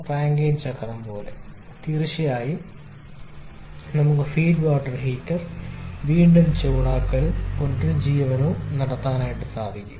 Rankine ചക്രം പോലെ തീർച്ചയായും നമുക്ക് ഫീഡ് വാട്ടർ ഹീറ്റർ വീണ്ടും ചൂടാക്കലും പുനരുജ്ജീവനവും നടത്താം